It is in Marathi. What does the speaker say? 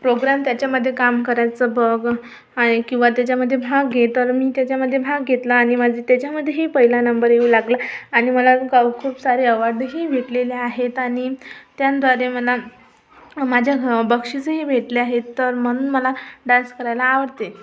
प्रोग्राम त्याच्यामध्ये काम करायचं बघ आहे किंवा त्याच्यामध्ये भाग घे तर मी त्याच्यामध्येभाग घेतला आणि माझी त्याच्यामध्येही पहिला नंबर येऊ लागला आणि मला कॉ खूप सारे अवॉडही भेटलेले आहेत आणि त्यांद्वारे मला माझ्या बक्षीसही भेटले आहेत तर म्हणून मला डान्स करायला आवडते